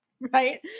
right